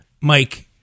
Mike